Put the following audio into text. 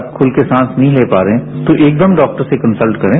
आप खुलकर सांस नहीं ले पा रहे हैं तो एकदम डॉक्टर से कंसल्ट करें